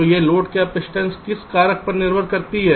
तो यह कैपइसटेंस किस कारक पर निर्भर करती है